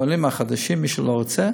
מי שלא רוצה,